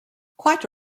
quite